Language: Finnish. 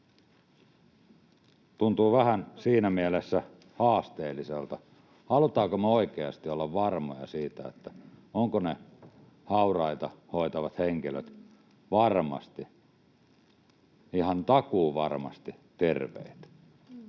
Tuntuu vähän siinä mielessä haasteelliselta: halutaanko me oikeasti olla varmoja siitä, ovatko hauraita hoitavat henkilöt varmasti, ihan takuuvarmasti, terveitä?